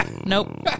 nope